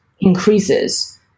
increases